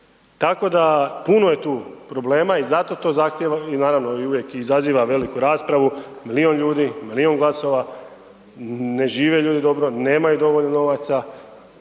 Tako da puno je tu problema i zato to zahtjeva i naravno uvijek izaziva veliku raspravu, milion ljudi, milion glasova, ne žive ljudi dobro, nemaju dovoljno novaca,